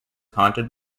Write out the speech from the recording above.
haunted